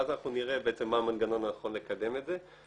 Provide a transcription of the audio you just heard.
ואז אנחנו נראה בעצם מה המנגנון הנכון לקדם את זה.